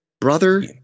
brother